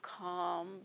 calm